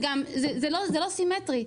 זה לא סימטרי,